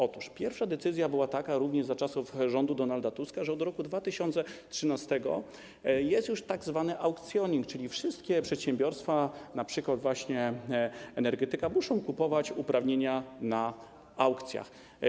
Otóż pierwsza decyzja była taka - również za czasów rządu Donalda Tuska - że od roku 2013 jest już tzw. aukcjoning, czyli wszystkie przedsiębiorstwa, np. właśnie z branży energetyki, muszą kupować uprawnienia na aukcjach.